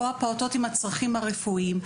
או עם הצרכים הרפואיים,